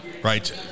Right